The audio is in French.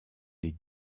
les